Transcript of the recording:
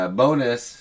bonus